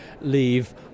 leave